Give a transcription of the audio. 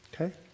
Okay